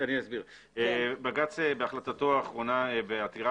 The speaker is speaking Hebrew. בג"ץ בהחלטתו האחרונה בעתירה,